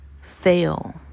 fail